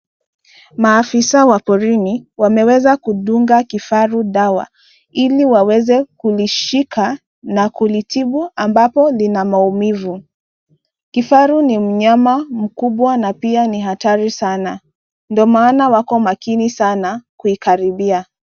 Maafisa wa porini wameweza kudunga kifaru dawa ili waweze kulishika na kulitibu ambapo lina maumivu. Kifaru ni mnyama mkubwa na pia ni hatari sana ndo maana wako makini sana kuikaribia.